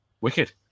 wicked